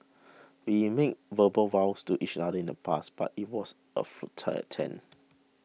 we made verbal vows to each other in the past but it was a futile attempt